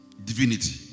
Divinity